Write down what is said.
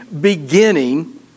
beginning